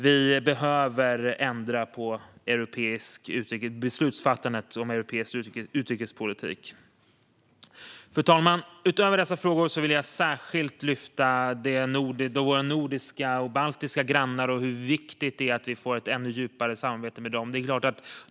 Vi behöver ändra på beslutsfattandet om europeisk utrikespolitik. Fru talman! Utöver dessa frågor vill jag särskilt lyfta fram våra nordiska och baltiska grannar och hur viktigt det är att vi får ett ännu djupare samarbete med dem.